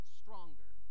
stronger